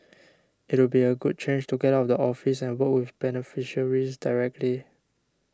it would be a good change to get out of the office and work with beneficiaries directly